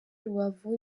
rubavu